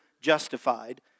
justified